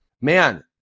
man